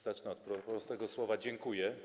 Zacznę od prostego słowa: dziękuję.